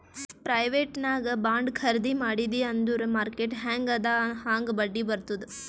private ನಾಗ್ bond ಖರ್ದಿ ಮಾಡಿದಿ ಅಂದುರ್ ಮಾರ್ಕೆಟ್ ಹ್ಯಾಂಗ್ ಅದಾ ಹಾಂಗ್ ಬಡ್ಡಿ ಬರ್ತುದ್